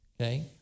okay